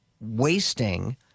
wasting